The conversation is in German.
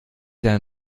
dein